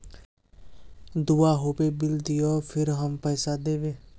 दूबा होबे बिल दियो फिर हम पैसा देबे?